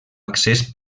accés